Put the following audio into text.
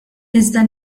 iżda